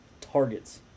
targets